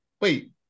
wait